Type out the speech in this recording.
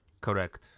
Correct